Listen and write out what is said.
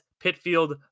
pitfield